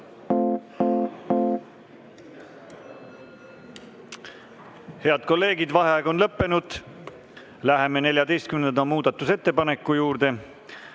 Head kolleegid, vaheaeg on lõppenud. Läheme 14. muudatusettepaneku juurde.